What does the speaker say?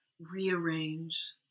rearrange